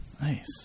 Nice